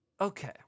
Okay